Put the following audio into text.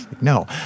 No